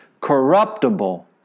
corruptible